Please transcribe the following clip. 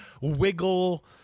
wiggle